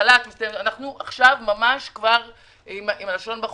אנחנו כבר עכשיו עם הלשון בחוץ.